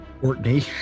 Courtney